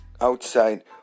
outside